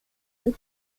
and